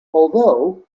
although